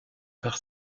par